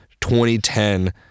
2010